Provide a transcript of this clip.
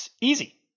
easy